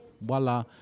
voila